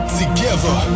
together